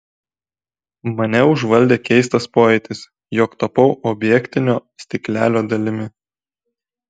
mane užvaldė keistas pojūtis jog tapau objektinio stiklelio dalimi